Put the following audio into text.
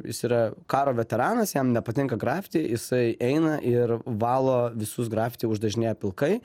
jis yra karo veteranas jam nepatinka grafiti jisai eina ir valo visus grafiti uždažinėja pilkai